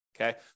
Okay